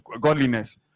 godliness